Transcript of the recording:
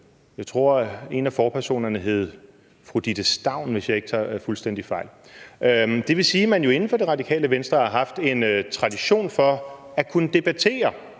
Jeg tror, at en af forpersonerne hed Ditte Staun, hvis jeg ikke tager fuldstændig fejl. Det vil sige, at man jo inden for Det Radikale Venstre har haft en tradition for at kunne debattere